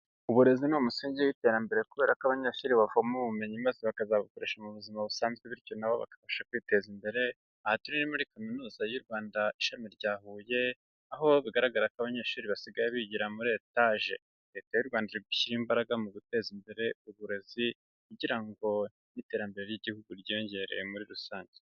Uburezi ni umusingi w'iterambere kubera ko abanyeshuri bavoma ubumenyi maze bakazabukoresha mu buzima busanzwe bityo na bo bakabashe kwiteza imbere. Aha turi ni muri Kaminuza y'u Rwanda ishami rya Huye, aho bigaragara ko abanyeshuri basigaye bigira muri etaje. Leta y'u Rwanda iri gushyira imbaraga mu guteza imbere uburezi, kugira ngo n'iterambere ry'igihugu ryiyongere muri rusange.